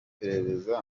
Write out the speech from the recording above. perereza